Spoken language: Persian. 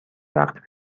وقت